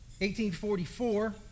1844